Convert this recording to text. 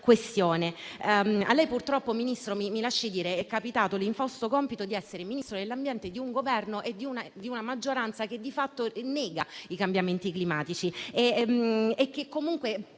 a lei purtroppo è capitato l'infausto compito di essere Ministro dell'ambiente di un Governo e di una maggioranza che di fatto negano i cambiamenti climatici